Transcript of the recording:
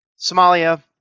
Somalia